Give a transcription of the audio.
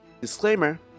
Disclaimer